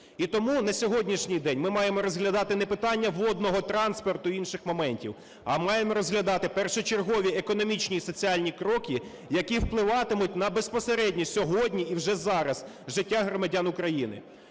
І тому на сьогоднішній день ми маємо розглядати не питання водного транспорту і інших моментів, а маємо розглядати першочергові економічні і соціальні кроки, які впливатимуть безпосередньо сьогодні і вже зараз життя громадян України.